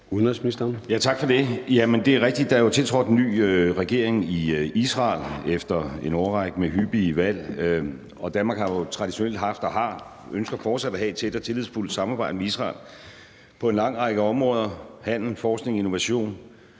Rasmussen): Tak for det. Det er rigtigt, at der er tiltrådt en ny regering i Israel efter en årrække med hyppige valg. Og Danmark har jo traditionelt haft og har og ønsker fortsat at have et tæt og tillidsfuldt samarbejde med Israel på en lang række områder: handel, forskning, innovation.